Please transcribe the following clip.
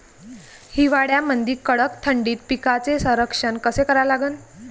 हिवाळ्यामंदी कडक थंडीत पिकाचे संरक्षण कसे करा लागन?